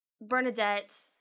Bernadette